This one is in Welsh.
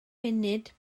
munud